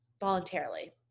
voluntarily